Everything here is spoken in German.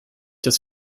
das